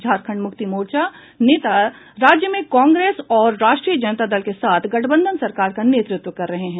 झारखंड मुक्ति मोर्चा नेता राज्य में कांग्रेस और राष्ट्रीय जनता दल के साथ गठबंधन सरकार का नेतृत्व कर रहे हैं